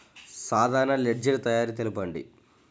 సాధారణ లెడ్జెర్ తయారి తెలుపండి?